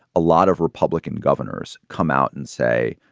a lot of republican governors come out and say,